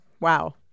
wow